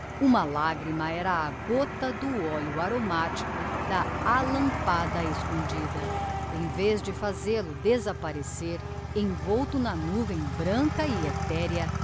uma lagrima era a gota do oleo aromatico da alampada escondida em vez de fazel-o desapparecer envolto na nuvem branca e etherea